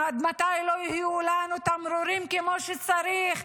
עד מתי לא יהיו לנו תמרורים כמו שצריך?